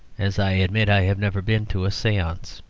as i admit i have never been to a seance.